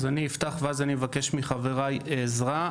אז אני אפתח ואז אני אבקש מחבריי עזרה.